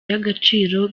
y’agaciro